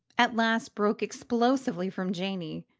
at last broke explosively from janey.